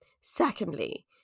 Secondly